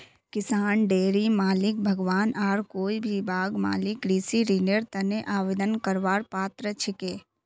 किसान, डेयरी मालिक, बागवान आर कोई भी बाग मालिक कृषि ऋनेर तने आवेदन करवार पात्र छिके